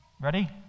Ready